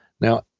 now